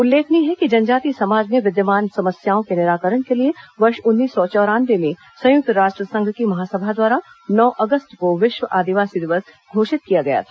उल्लेखनीय है कि जनजातीय समाज में विद्यमान समस्याओं के निराकरण के लिए वर्ष उन्नीस सौ चौरानवे में संयुक्त राष्ट्र संघ की महासभा द्वारा नौ अगस्त को विश्व आदिवासी दिवस घोषित किया गया था